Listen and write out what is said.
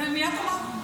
ומייד תאמר.